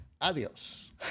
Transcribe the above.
Adios